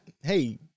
Hey